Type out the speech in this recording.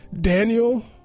Daniel